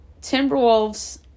Timberwolves